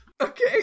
Okay